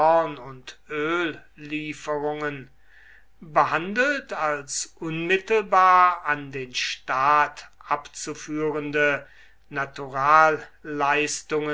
und öllieferungen behandelt als unmittelbar an den staat abzuführende